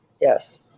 yes